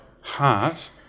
heart